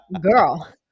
Girl